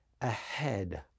Ahead